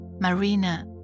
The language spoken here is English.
Marina